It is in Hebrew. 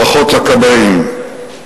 ברכות לכבאים.